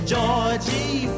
Georgie